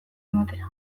ematera